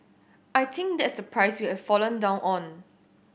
I think that's the prize we have fallen down on